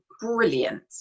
brilliant